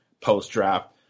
post-draft